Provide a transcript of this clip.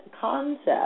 concept